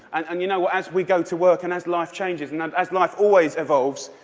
and and you know, as we go to work and as life changes, and and as life always evolves,